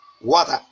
water